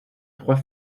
trois